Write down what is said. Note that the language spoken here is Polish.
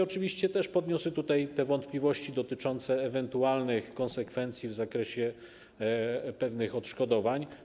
Oczywiście też podniosę tutaj wątpliwości dotyczące ewentualnych konsekwencji w zakresie pewnych odszkodowań.